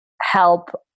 help